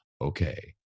okay